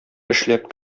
эшләп